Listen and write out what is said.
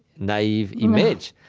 naive image.